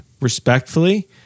respectfully